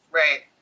right